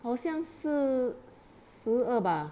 好像是十二吧